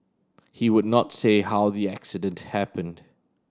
he would not say how the accident happened